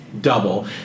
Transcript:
double